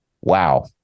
wow